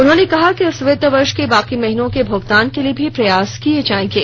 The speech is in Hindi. उन्होंने कहा कि इस वित्त वर्ष के बाकी महीनों के भुगतान के लिए भी प्रयास किए जाएंगे